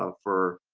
um for